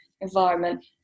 environment